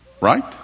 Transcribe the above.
Right